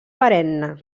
perenne